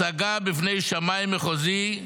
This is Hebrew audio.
השגה בפני שמאי מחוזי,